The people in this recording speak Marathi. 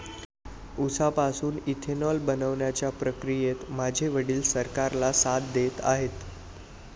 उसापासून इथेनॉल बनवण्याच्या प्रक्रियेत माझे वडील सरकारला साथ देत आहेत